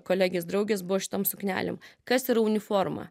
kolegės draugės buvo šitom suknelėm kas yra uniforma